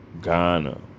Ghana